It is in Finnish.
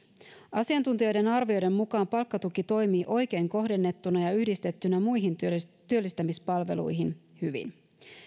asiantuntijoiden arvioiden mukaan palkkatuki toimii oikein kohdennettuna ja yhdistettynä muihin työllistämispalveluihin hyvin